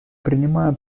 принимаю